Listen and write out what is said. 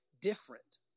different